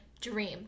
dream